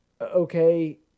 Okay